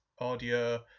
audio